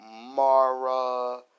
Mara